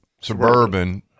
Suburban